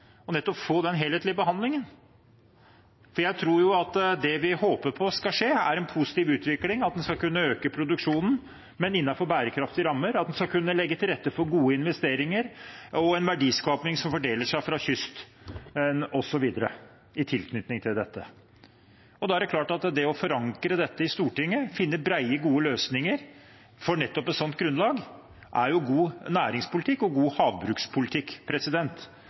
og nettopp få den helhetlige behandlingen. For jeg tror at det vi håper på skal skje, er en positiv utvikling, at en skal kunne øke produksjonen, men innenfor bærekraftige rammer, og at en i tilknytning til dette skal kunne legge til rette for gode investeringer og en verdiskaping som fordeler seg fra kysten, osv. Da er det klart at det å forankre dette i Stortinget, finne brede, gode løsninger for nettopp et slikt grunnlag, er god næringspolitikk og god havbrukspolitikk.